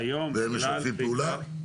והם משתפים פעולה?